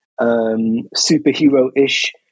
superhero-ish